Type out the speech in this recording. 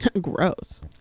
gross